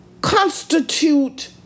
constitute